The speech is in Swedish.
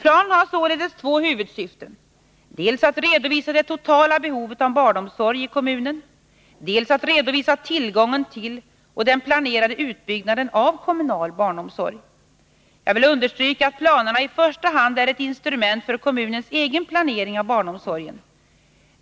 Planen har således två huvudsyften, dels att redovisa det totala behovet av barnomsorg i kommunen, dels att redovisa tillgången till och den planerade utbyggnaden av kommunal barnomsorg. Jag vill understryka att planerna i första hand är ett instrument för kommunens egen planering av barnomsorgen.